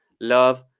love,